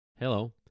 Hello